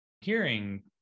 hearing